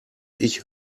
ich